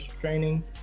training